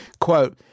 Quote